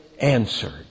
answered